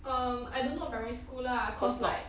um I don't know about primary school lah cause like